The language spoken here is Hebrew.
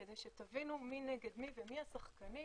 כדי שתבינו מי נגד מי ומי השחקנים.